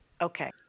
Okay